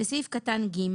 בסעיף קטן (ג),